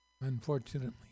Unfortunately